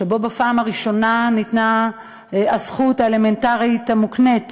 שבו בפעם הראשונה ניתנה הזכות האלמנטרית המוקנית,